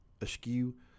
askew